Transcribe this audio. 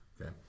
Okay